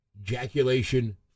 ejaculation